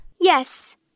Yes